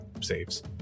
saves